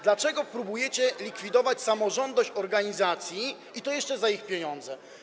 Dlaczego próbujecie likwidować samorządność organizacji, i to jeszcze za ich pieniądze?